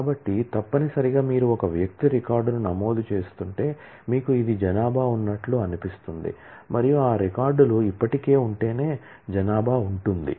కాబట్టి తప్పనిసరిగా మీరు ఒక వ్యక్తి రికార్డును నమోదు చేస్తుంటే మీకు ఇది జనాభా ఉన్నట్లు అనిపిస్తుంది మరియు ఆ రికార్డులు ఇప్పటికే ఉంటేనే జనాభా ఉంటుంది